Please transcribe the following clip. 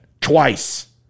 Twice